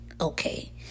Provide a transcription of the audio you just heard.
okay